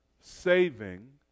saving